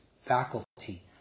faculty